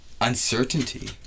uncertainty